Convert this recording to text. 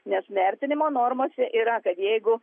nes vertinimo normose yra kad jeigu